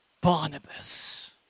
Barnabas